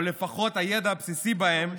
או לפחות הידע הבסיסי בהם,